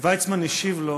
ויצמן השיב לו: